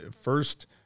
first